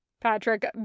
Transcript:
Patrick